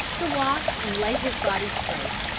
to wash and lay his body straight,